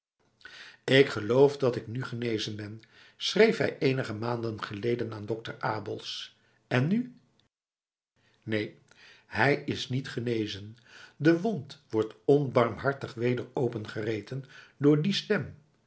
ik geloof dat ik nu genezen ben schreef hij eenige maanden geleden aan dokter abels en nu neen hij is niet genezen de wond wordt onbarmhartig weder opengereten door die stem